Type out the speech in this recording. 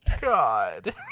God